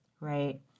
right